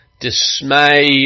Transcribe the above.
dismay